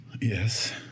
yes